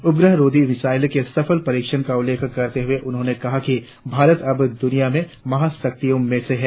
उपग्रह रोधी मिसाइल के सफल परीक्षण का उल्लेख करते हुए उन्होंने कहा कि भारत अब दुनिया के महाशक्तियों में से है